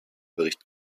bericht